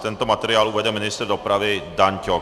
Tento materiál uvede ministr dopravy Dan Ťok.